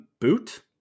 boot